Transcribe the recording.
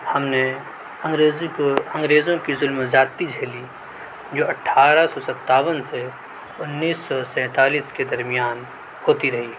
ہم نے انگریزی کو انگریزوں کی ظلم و زیادتی جھیلی جو اٹھارہ سو ستاون سے انیس سو سینتالیس کے درمیان ہوتی رہی